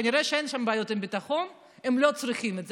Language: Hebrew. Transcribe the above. כנראה אין שם בעיות ביטחון, הם לא צריכים את זה.